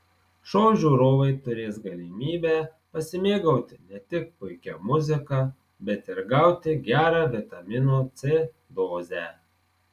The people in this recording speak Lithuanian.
šou žiūrovai turės galimybę pasimėgauti ne tik puikia muzika bet ir gauti gerą vitamino c dozę